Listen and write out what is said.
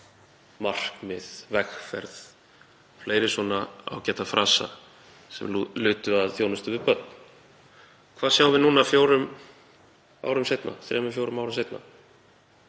markmið, vegferð og fleiri ágæta frasa sem lutu að þjónustu við börn. Hvað sjáum við nú fjórum árum seinna, þremur til fjórum árum seinna?